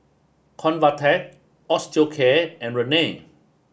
Convatec Osteocare and Rene